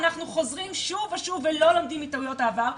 אנחנו חוזרים שוב ושוב ולא לומדים מטעויות העבר,